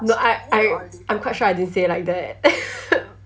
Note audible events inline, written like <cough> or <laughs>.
no I I I'm quite sure I didn't say it like that <laughs>